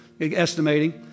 estimating